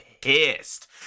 pissed